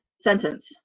sentence